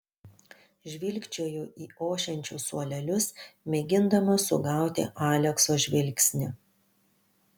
žvilgčioju į ošiančius suolelius mėgindama sugauti alekso žvilgsnį